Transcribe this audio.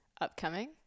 upcoming